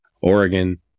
Oregon